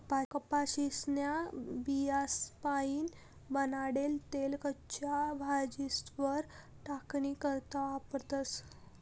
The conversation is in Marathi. कपाशीन्या बियास्पाईन बनाडेल तेल कच्च्या भाजीस्वर टाकानी करता वापरतस